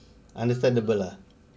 understandable lah